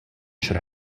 should